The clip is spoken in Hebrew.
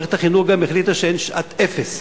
מערכת החינוך גם החליטה שאין שעת אפס,